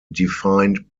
defined